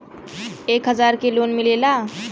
एक हजार के लोन मिलेला?